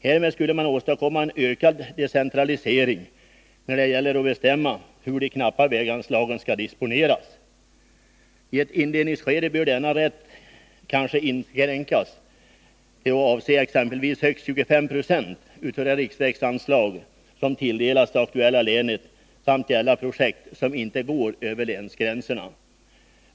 Härmed skulle man åstadkomma en ökad decentralisering när det gäller att bestämma hur de knappa väganslagen skall disponeras. I ett inledningsskede bör denna rätt kanske inskränkas till att avse exempelvis högst 25 96 av det riksvägsanslag som tilldelats det aktuella länet samt gälla projekt som inte går över länsgränserna.